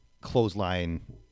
clothesline